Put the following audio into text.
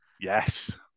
Yes